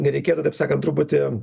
nereikėtų taip sakant truputį